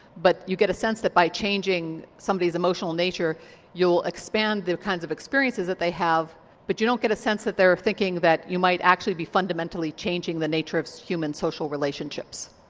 but you get a sense that by changing somebody's emotional nature you will expand the kinds of experiences that they have but you don't get a sense that they are thinking that you might actually be fundamentally changing the nature of human social relationships.